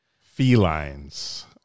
felines